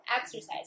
exercise